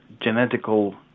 genetical